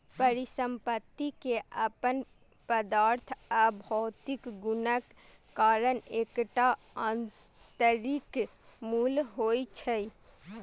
परिसंपत्ति के अपन पदार्थ आ भौतिक गुणक कारण एकटा आंतरिक मूल्य होइ छै